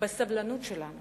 בסבלנות שלנו